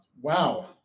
Wow